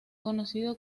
conocido